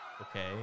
Okay